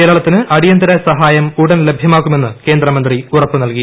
കേരളത്തിന് അടിയന്തര സഹായം ഉടൻ ലഭ്യമാക്കുമെന്ന് കേന്ദ്രമന്ത്രി ഉറപ്പ് നൽകി